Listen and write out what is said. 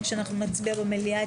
כשנצביע במליאה,